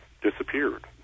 disappeared